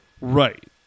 Right